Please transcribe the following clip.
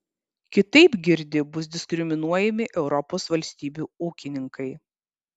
kitaip girdi bus diskriminuojami europos valstybių ūkininkai